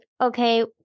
okay